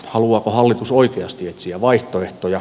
haluaako hallitus oikeasti etsiä vaihtoehtoja